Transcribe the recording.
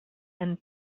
and